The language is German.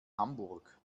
hamburg